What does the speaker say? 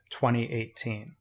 2018